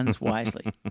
wisely